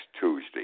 tuesday